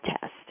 test